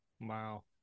Wow